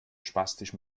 spastisch